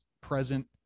present